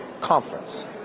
Conference